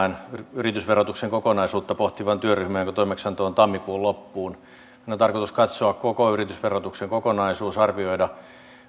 yritysverotuksen kokonaisuutta pohtivan työryhmän jonka toimeksianto on tammikuun loppuun sen on tarkoitus katsoa koko yritysverotuksen kokonaisuus arvioida